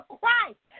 Christ